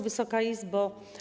Wysoka Izbo!